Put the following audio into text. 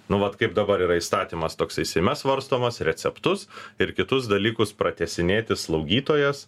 nu vat kaip dabar yra įstatymas toksai seime svarstomas receptus ir kitus dalykus pratęsinėti slaugytojas